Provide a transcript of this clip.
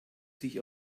sich